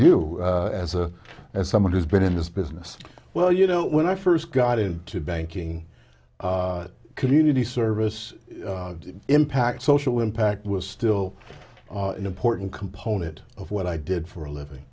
you as a as someone who's been in this business well you know when i first got into banking community service impact social impact was still an important component of what i did for a living